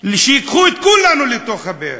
שייקחו את כולנו לתוך הבאר.